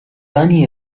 danny